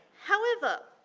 however,